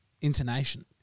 intonation